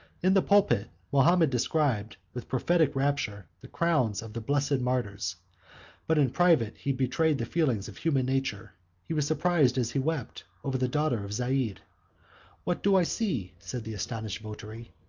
in the pulpit, mahomet described, with prophetic rapture, the crowns of the blessed martyrs but in private he betrayed the feelings of human nature he was surprised as he wept over the daughter of zeid what do i see? said the astonished votary.